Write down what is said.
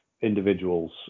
individuals